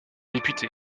député